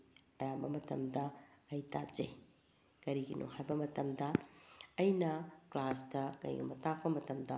ꯑꯌꯥꯝꯕ ꯃꯇꯝꯗ ꯑꯩ ꯇꯥꯖꯩ ꯀꯔꯤꯒꯤꯅꯣ ꯍꯥꯏꯕ ꯃꯇꯝꯗ ꯑꯩꯅ ꯀ꯭ꯂꯥꯁꯇ ꯀꯔꯤꯒꯨꯝꯕ ꯇꯥꯛꯄ ꯃꯇꯝꯗ